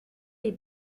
les